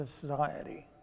society